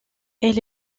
elle